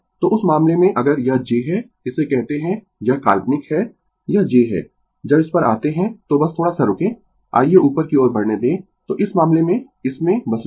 तो उस मामले में अगर यह j है इसे कहते है यह काल्पनिक है यह j है जब इस पर आते है तो बस थोड़ा सा रुकें आइये ऊपर की ओर बढ़ने दें तो इस मामले में इसमें बस रुकें